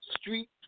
street